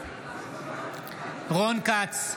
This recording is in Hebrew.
בעד רון כץ,